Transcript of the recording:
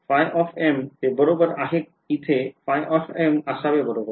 ϕ ते बरोबर आहे होय तिथे ϕ असावे बरोबर